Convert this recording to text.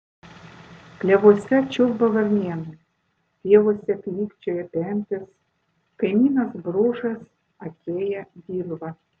klevuose čiulba varnėnai pievose klykčioja pempės kaimynas bružas akėja dirvą